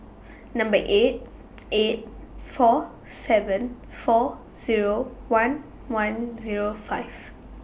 Number eight eight four seven four Zero one one Zero five